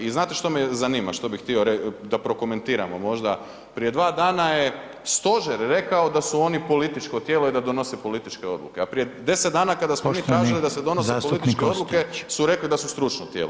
I znate što me zanima, što bi htio da prokomentiramo možda, prije 2 dana je stožer rekao da su oni političko tijelo i da donose političke odluke, a prije 10 dana kada smo mi tražili da se donose političke odluke su rekli da su stručno tijelo.